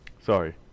Sorry